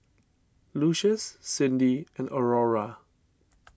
Lucius Cyndi and Aurora